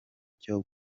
cyo